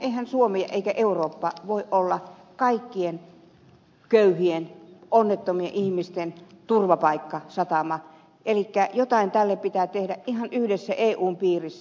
eihän suomi eikä eurooppa voi olla kaikkien köyhien onnettomien ihmisten turvapaikkasatama elikkä jotain tälle pitää tehdä ihan yhdessä eun piirissä